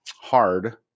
hard